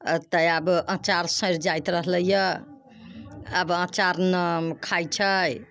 तऽ आब अचार सरि जाइत रहलैय आब अचार नहि खाइ छै